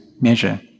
measure